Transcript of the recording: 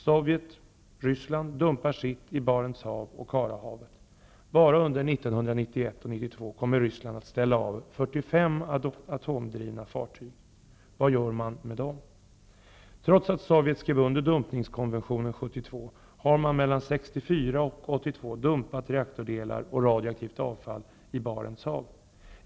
Sovjet/Ryssland dumpar sitt i Barents hav och Karahavet. Bara under 1991 och 1992 kommer Trots att Sovjet skrev under dumpningskonventionen 1972 har man mellan 1964 och 1982 dumpat reaktordelar och radioaktivt avfall i Barents hav.